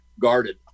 guarded